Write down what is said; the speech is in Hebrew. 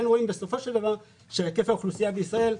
רואים בסופו של דבר שהיקף האוכלוסייה בישראל,